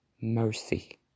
mercy